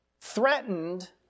threatened